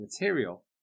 material